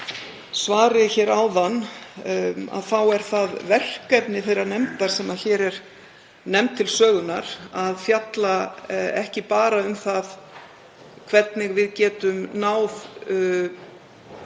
svari áðan þá er það verkefni þeirrar nefndar sem hér er nefnd til sögunnar að fjalla ekki bara um það hvernig við getum náð